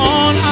on